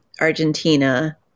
Argentina